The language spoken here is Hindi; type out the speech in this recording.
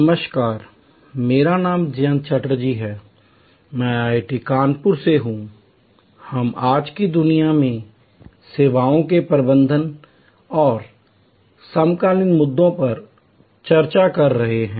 नमस्कार मेरा नाम जयंत चटर्जी है मैं IIT कानपुर से हूंI हम आज की दुनिया में सेवाओं के प्रबंधन और समकालीन मुद्दों पर चर्चा कर रहे हैं